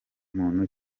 muntu